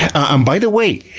um by the way,